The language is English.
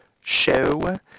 show